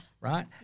Right